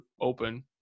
open